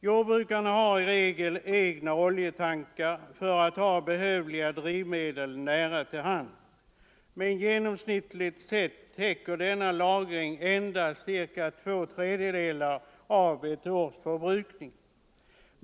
Jordbrukarna har i regel skaffat egna oljetankar för att ha behövliga drivmedel nära till hands, men genomsnittligt sett täcker denna lagring endast cirka två tredjedelar av ett års förbrukning.